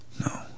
No